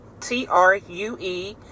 T-R-U-E